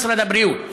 משרד הבריאות?